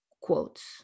quotes